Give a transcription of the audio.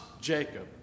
Jacob